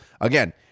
Again